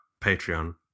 Patreon